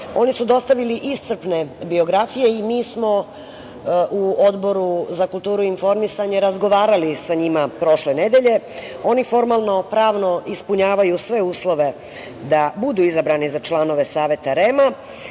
Oni su dostavili iscrpne biografije i mi smo na Odboru za kulturu i informisanje razgovarali sa njima, prošle nedelje. Oni formalno – pravno ispunjavaju sve uslove da budu izabrani za članove Saveta REM-a. Kao